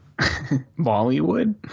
Bollywood